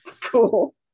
Cool